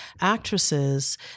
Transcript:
actresses